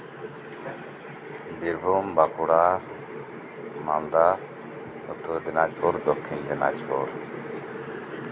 Birbhum Bankura Malda Uttar Dinajpur Dakshin Dinajpur